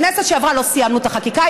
בכנסת שעברה לא סיימנו את החקיקה,